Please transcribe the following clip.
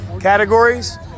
categories